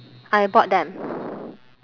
I bought them